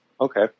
Okay